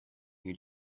new